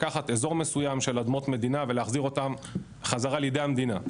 לקחת אזור מסוים של אדמות מדינה ולהחזיר אותם חזרה לידי המדינה.